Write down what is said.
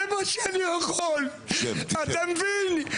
זה מה שאני יכול, אתה מבין?